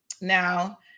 Now